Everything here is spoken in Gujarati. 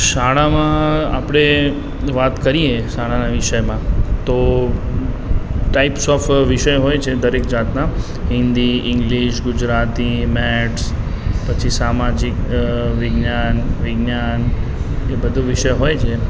શાળામાં આપણે વાત કરીએ શાળાના વિષયમાં તો ટાઈપ્સ ઑફ વિષય હોય છે દરેક જાતના હિન્દી ઈંગ્લિશ ગુજરાતી મૅથ્સ પછી સામાજિક વિજ્ઞાન વિજ્ઞાન એ બધું વિષય હોય છે